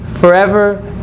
forever